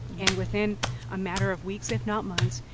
and within a matter of weeks, if not months,